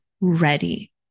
ready